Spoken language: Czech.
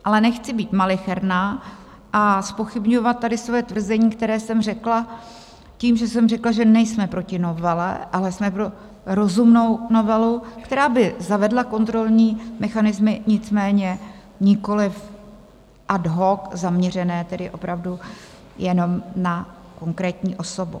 Ale nechci být malicherná a zpochybňovat tady svoje tvrzení, které jsem řekla, tím, že jsem řekla, že nejsme proti novele, ale jsme pro rozumnou novelu, která by zavedla kontrolní mechanismy, nicméně, nikoliv ad hoc zaměřené tedy opravdu jenom na konkrétní osobu.